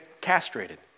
castrated